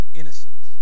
innocent